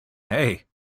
hey